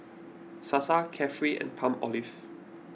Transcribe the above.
Sasa Carefree and Palmolive